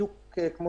בדיוק כמו